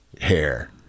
hair